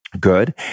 Good